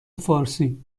فارسی